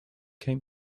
came